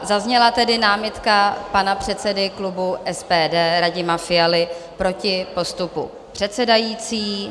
Zazněla tedy námitka pana předsedy klubu SPD Radima Fialy proti postupu předsedající.